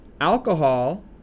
Alcohol